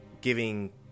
giving